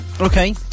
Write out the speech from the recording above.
Okay